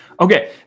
Okay